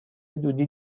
دودی